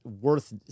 worth